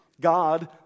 God